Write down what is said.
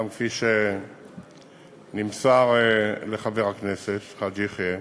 גם כפי שנמסר לחבר הכנסת חאג' יחיא